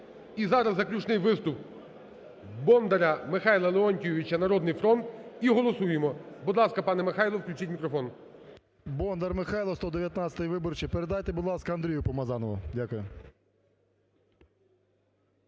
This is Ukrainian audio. І зараз заключний виступ Бондаря Михайла Леонтійовича, "Народний фронт" і голосуємо. Будь ласка, пане Михайло. Включіть мікрофон. 17:10:44 БОНДАР М.Л. Бондар Михайло, 119 виборчий. Передайте, будь ласка, Андрію Помазанову. Дякую.